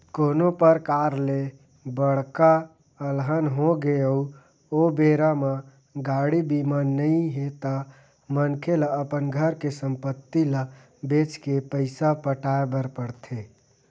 कोनो परकार ले बड़का अलहन होगे अउ ओ बेरा म गाड़ी बीमा नइ हे ता मनखे ल अपन घर के संपत्ति ल बेंच के पइसा पटाय बर पड़थे